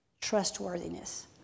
trustworthiness